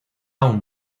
aún